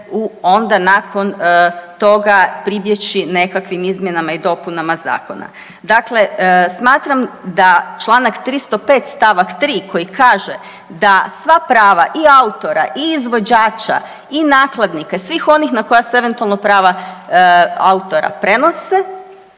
onda nakon toga pribjeći nekakvim izmjenama i dopunama zakona. Dakle, smatram da Članak 305. stavak 3. koji kaže da sva prava i autora i izvođača i nakladnika, svih onih na koje se eventualno prava autora prenose